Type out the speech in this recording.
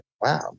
wow